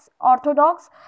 orthodox